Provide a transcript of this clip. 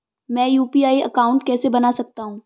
मैं UPI account कैसे बना सकता हूं?